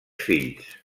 fills